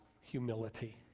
humility